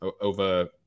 Over